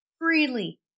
freely